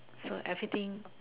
so everything